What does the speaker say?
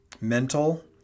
mental